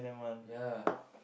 yeah